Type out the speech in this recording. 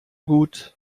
gut